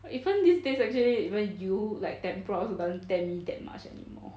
but even these days actually when 油 like tempura also doesn't tempt me that much anymore